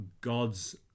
God's